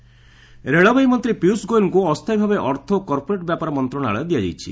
ଗୋଏଲ୍ ଜେଟ୍ଲୀ ରେଳବାଇ ମନ୍ତ୍ରୀ ପୀୟୁଷ ଗୋଏଲ୍ଙ୍କୁ ଅସ୍ଥାୟୀ ଭାବେ ଅର୍ଥ ଓ କର୍ପୋରେଟ୍ ବ୍ୟାପାର ମନ୍ତ୍ରଣାଳୟ ଦିଆଯାଇଛି